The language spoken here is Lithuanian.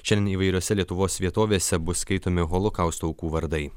šiandien įvairiose lietuvos vietovėse bus skaitomi holokausto aukų vardai